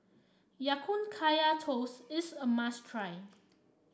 Ya Kun Kaya Toast is a must try